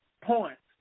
points